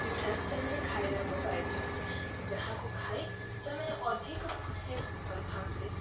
ପିଠା ସେମାନେ ଖାଇବାକୁ ପାଇଥାନ୍ତି ଯାହାକୁ ଖାଇ ସେମାନେ ଅଧିକ ଖୁସି ହୋଇଥାନ୍ତି